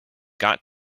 got